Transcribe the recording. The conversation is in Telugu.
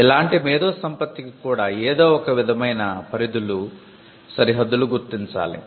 ఇలాంటి మేదోసంపత్తికి కూడా ఏదోఒక విధమైన పరిధులు సరిహద్దులు గుర్తించాలి